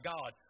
God